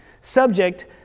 Subject